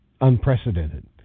unprecedented